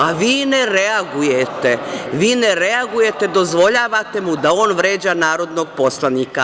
A, vi ne reagujete, dozvoljavate mu da on vređa narodnog poslanika.